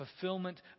fulfillment